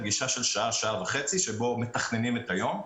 פגישה של שעה-שעה וחצי שבה שמתכננים את היום.